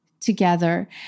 together